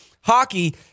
hockey